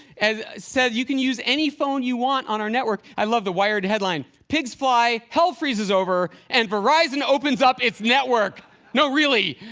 said, you can use any phone you want on our network. i love the wired headline pigs fly, hell freezes over and verizon opens up its network no. really.